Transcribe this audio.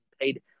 paid